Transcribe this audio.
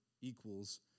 equals